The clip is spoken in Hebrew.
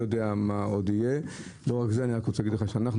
אני רוצה לומר לך שאנחנו,